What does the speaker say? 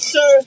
Sir